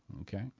okay